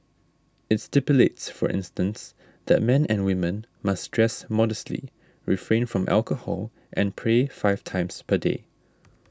it stipulates for instance that men and women must dress modestly refrain from alcohol and pray five times per day